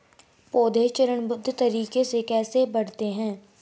पौधे चरणबद्ध तरीके से कैसे बढ़ते हैं?